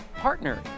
partner